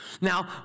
Now